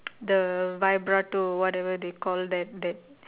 the vibrato whatever they call that that